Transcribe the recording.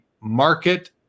market